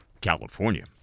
California